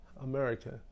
America